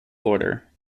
order